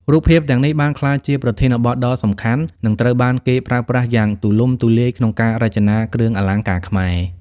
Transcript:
រូបភាពទាំងនេះបានក្លាយជាប្រធានបទដ៏សំខាន់ និងត្រូវបានគេប្រើប្រាស់យ៉ាងទូលំទូលាយក្នុងការរចនាគ្រឿងអលង្ការខ្មែរ។